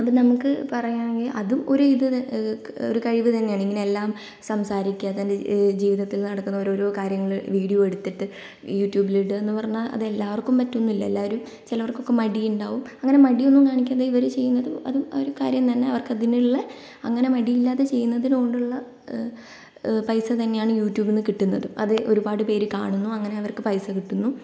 അപ്പോൾ നമുക്ക് പറയുകയാണെങ്കിൽ അതും ഒരു ഇത് ഒരു കഴിവ് തന്നെയാണ് ഇങ്ങനെ എല്ലാം സംസാരിക്കുക തൻ്റെ ജീവിതത്തില് നടക്കുന്ന ഒരോരോ കാര്യങ്ങള് വീഡിയോ എടുത്തിട്ട് യൂട്യൂബിൽ ഇടുക എന്ന് പറഞ്ഞാൽ അത് എല്ലാവർക്കും പറ്റുകയൊന്നുമില്ല എല്ലാരും ചിലവർക്കൊക്കെ മടിയുണ്ടാകും അങ്ങനെ മടിയൊന്നും കാണിക്കാതെ ഇവര് ചെയ്യുന്നത് അതും ആ ഒരു കാര്യം തന്നെ അവർക്ക് അതിനുള്ള അങ്ങനെ മടിയില്ലാതെ ചെയ്യുന്നതുകൊണ്ടുള്ള പൈസ തന്നെയാണ് യൂട്യൂബിൽ നിന്ന് കിട്ടുന്നത് അത് ഒരുപാട് പേര് കാണുന്നു അങ്ങനെ അവർക്ക് പൈസ കിട്ടുന്നു